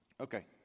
Okay